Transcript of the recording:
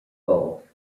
gulf